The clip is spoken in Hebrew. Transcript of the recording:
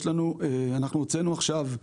אנחנו הוצאנו עכשיו,